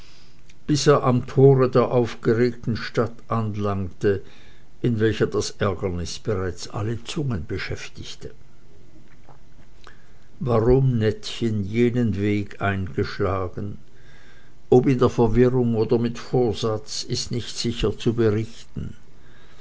er am tore der aufgeregten stadt anlangte in welcher das ärgernis bereits alle zungen beschäftigte warum nettchen jenen weg eingeschlagen ob in der verwirrung oder mit vorsatz ist nicht sicher zu berichten